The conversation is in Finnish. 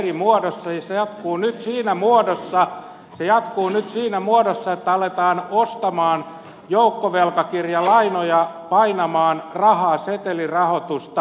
se jatkuu eri muodossa ja se jatkuu nyt siinä muodossa että aletaan ostamaan joukkovelkakirjalainoja painamaan rahaa setelirahoitusta